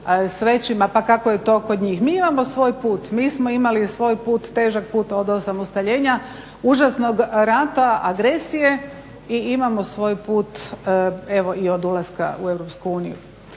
s većima pa kako je to kod njih. Mi imamo svoj put, mi smo imali svoj put, težak put, od osamostaljenja, užasnog rata, agresije i imamo svoj put evo i od ulaska u EU.